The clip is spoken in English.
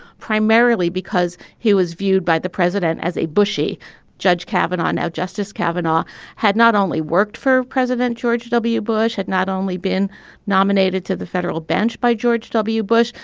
primarily because he was viewed by the president as a bushie judge cabinet. now, justice kavanaugh had not only worked for president george w. bush, had not only been nominated to the federal bench by george w. bush,